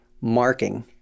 marking